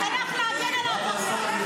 הלך להגן על העבריינים.